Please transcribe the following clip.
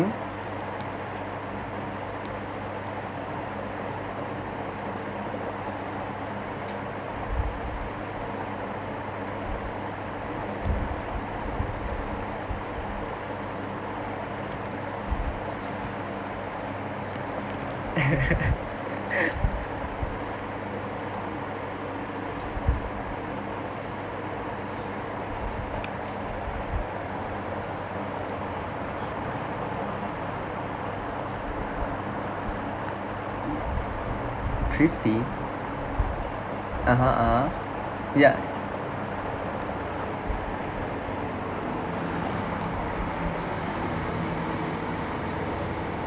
thrifty (uh huh) (uh huh) yeah